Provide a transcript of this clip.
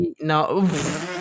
No